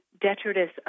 detritus